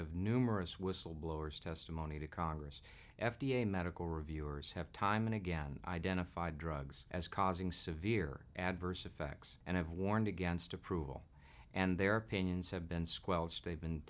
of numerous whistleblowers testimony to congress f d a medical reviewers have time and again identified drugs as causing severe adverse effects and have warned against approval and their opinions have been squelched they've been